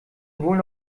wohl